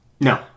No